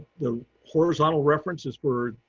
the horizontal references were,